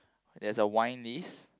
there's a wine list